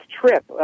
trip